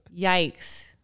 Yikes